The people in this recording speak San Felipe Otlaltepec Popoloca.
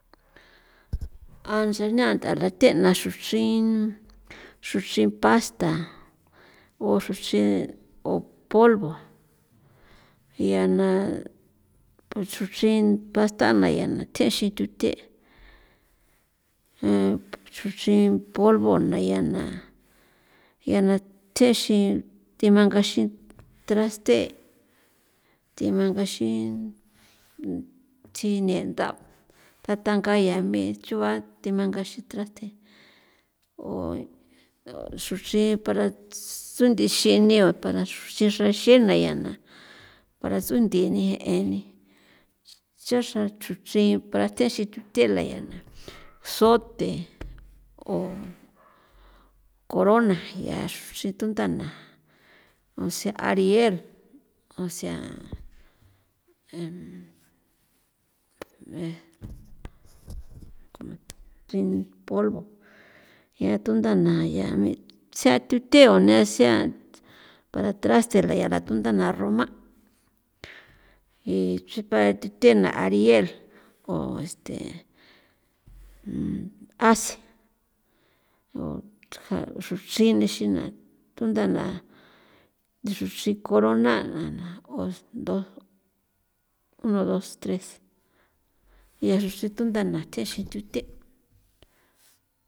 An cha ñaꞌa ntha la theꞌna na xruchrin, xruchrin pasta, o xruchrin 0 polvo ya na o xruchrin pastana yaa naa thjexin tutheꞌe e xruchrin polvona yaa na thjexin thi mangaxin traste thi mangaxin chinenda' tatanga ya mi chuba tamangaxin traste o xruchrin para ts'unthi xinio para xru xri xra xena ya na para ts'unthi ni eni cha xra xruchrin pastaxin thuthela ya zote o corona ya xruchrin tundana o sea ariel osea chrin polvo ya tundana ya sea thuthe sea para traste ya la tundana roma o chi para tuthena ariel o este ace o thja xruchrin tundana xruchrin corona na os do uno dos tres ya xruchrin tundana thjexin tuthe'.